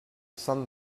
sun